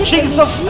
Jesus